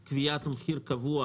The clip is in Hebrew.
הוא קביעת מחיר קבוע